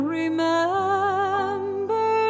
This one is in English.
remember